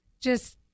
Just-